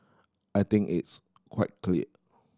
I think it's quite clear